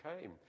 came